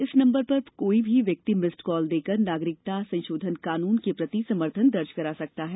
इस नंबर पर कोई भी व्यक्ति भिस्ड कॉल देकर नागरिकता संशोधन कानून के प्रति समर्थन दर्ज करा सकता है